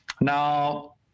Now